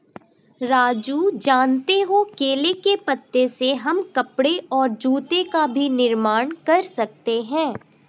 राजू जानते हो केले के पत्ते से हम कपड़े और जूते का भी निर्माण कर सकते हैं